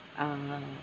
ah